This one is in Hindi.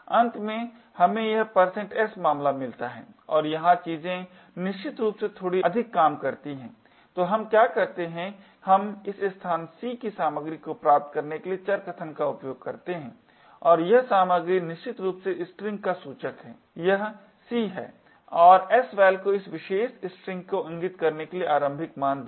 अंत में हमें यह s मामला मिलता है और यहां चीजें निश्चित रूप से थोड़ी अधिक काम करती हैं तो हम क्या करते हैं हम इस स्थान c की सामग्री को प्राप्त करने के लिए चर कथन का उपयोग करते हैं और यह सामग्री निश्चित रूप से स्ट्रिंग का सूचक है यह c है और sval को इस विशेष स्ट्रिंग को इंगित करने के लिए आरंभिक मान दिया